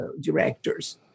directors